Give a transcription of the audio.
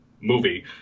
movie